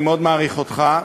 אני מאוד מעריך אותך,